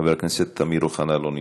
חבר הכנסת אמיר אוחנה, לא נמצא,